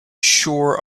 shore